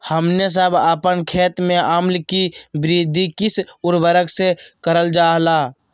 हमने सब अपन खेत में अम्ल कि वृद्धि किस उर्वरक से करलजाला?